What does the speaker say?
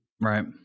Right